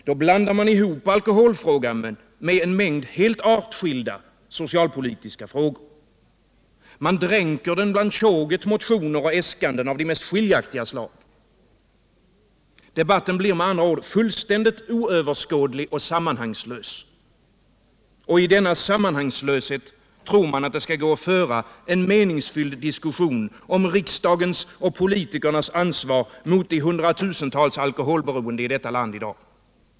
Då blandar man ihop alkoholfrågan med en mängd helt anskilda socialpolitiska frågor. Man dränker den bland tjoget motioner och äskanden av de mest skiljaktiga slag. Debatten blir med andra ord fullständigt oöverskådlig och sammanhangslös. Och i denna sammanhangslöshet tror man det skall gå att föra en meningsfylld diskussion om riksdagens och politikernas ansvar mot de hundratusentals alkoholberoende i detta land.